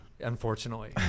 Unfortunately